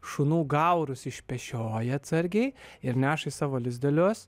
šunų gaurus išpešioja atsargiai ir neša savo lizdelius